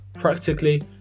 Practically